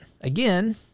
Again